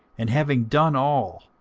and having done all,